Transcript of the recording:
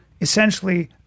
Essentially